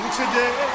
today